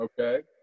okay